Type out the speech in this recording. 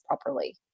properly